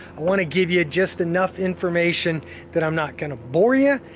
wanna give you just enough information that i'm not gonna bore ya,